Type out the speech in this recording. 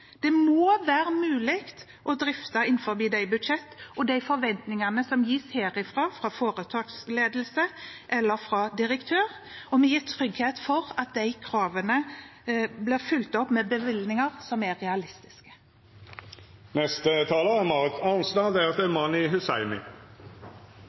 Det må være mulig å drifte innenfor de budsjett og forventninger som gis herfra, fra foretaksledelse eller fra direktør. Vi må gi trygghet for at de kravene blir fulgt opp med bevilgninger som er realistiske.